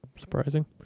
surprising